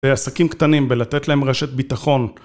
לעסקים קטנים ולתת להם רשת ביטחון